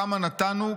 כמה נתנו,